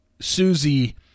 Susie